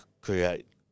create